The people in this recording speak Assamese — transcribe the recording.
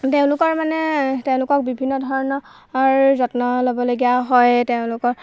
তেওঁলোকৰ মানে তেওঁলোকক বিভিন্ন ধৰণ ৰ যত্ন ল'বলগীয়া হয় তেওঁলোকৰ